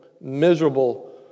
miserable